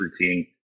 routine